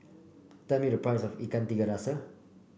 tell me the price of Ikan Tiga Rasa